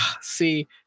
see